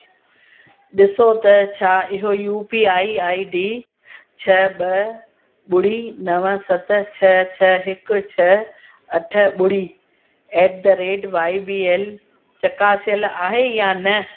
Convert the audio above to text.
ॾिसो त छा इहो यूपीआई आईडी छ ॿ ॿुड़ी नव सत छह छह हिकु छह अठ ॿुड़ी at the rate Y B L चकासियल आहे या न